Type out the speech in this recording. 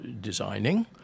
designing